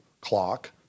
clock